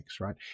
right